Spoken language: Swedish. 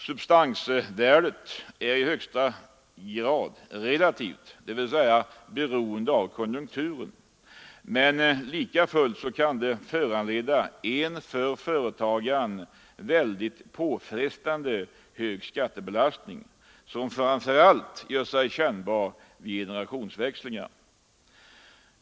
Substansvärdet är i högsta grad relativt, dvs. beroende av konjunkturen. Men likafullt kan det föranleda en för företagaren påfrestande hög skattebelastning, som framför allt blir kännbar vid generationsväxlingar.